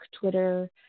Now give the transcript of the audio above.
Twitter